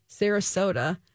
Sarasota